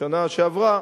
בשנה שעברה,